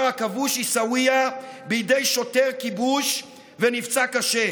הכבוש עיסאוויה בידי שוטר כיבוש ונפצע קשה.